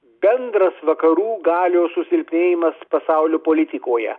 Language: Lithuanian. bendras vakarų galios susilpnėjimas pasaulio politikoje